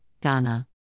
Ghana